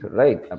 right